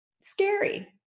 scary